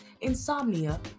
insomnia